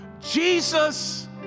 Jesus